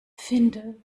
finde